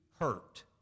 hurt